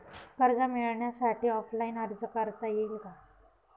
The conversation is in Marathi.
कर्ज मिळण्यासाठी ऑफलाईन अर्ज करता येईल का?